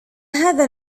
هذا